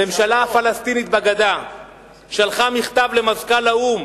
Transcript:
הממשלה הפלסטינית בגדה שלחה מכתב למזכ"ל האו"ם